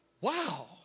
Wow